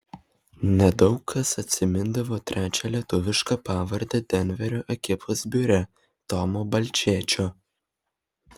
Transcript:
nedaug kas atsimindavo trečią lietuvišką pavardę denverio ekipos biure tomo balčėčio